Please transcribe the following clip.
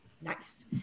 Nice